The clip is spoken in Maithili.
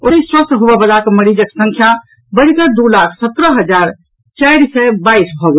ओतहि स्वस्थ हेबयवला मरीजक संख्या बढ़ि कऽ दू लाख सत्रह हजार चारि सय बाईस भऽ गेल